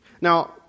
Now